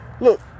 look